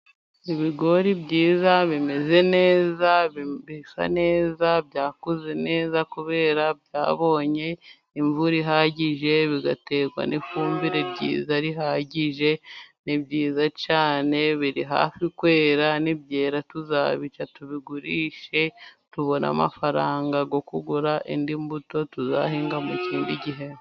Ibigori byiza bimeze neza bisa neza, byakuze neza kubera byabonye imvura ihagije, bigaterwa n'ifumbire ihagije nibyiza cyane, biri hafi kwera nibyera tuzabica tubigurishe tubone amafaranga, yo kugura indi mbuto tuzahinga mukindi gihembwe.